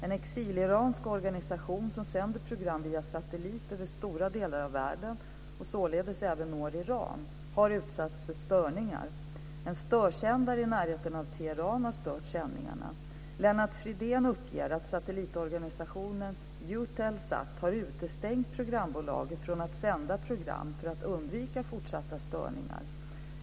En exiliransk organisation som sänder program via satellit över stora delar av världen och således även når Iran har utsatts för störningar. En störsändare i närheten av Teheran har stört sändningarna. Lennart Fridén uppger att satellitorganisationen Eutelsat har utestängt programbolaget från att sända program för att undvika fortsatta störningar.